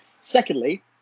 Secondly